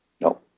No